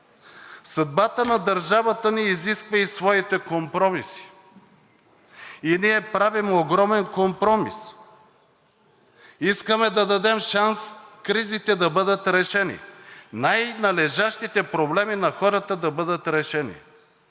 Съдбата на държавата ни изисква и своите компромиси. И ние правим огромен компромис. Искаме да дадем шанс кризите да бъдат решени. Най належащите проблеми на хората да бъдат решени!